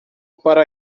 para